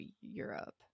Europe